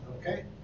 Okay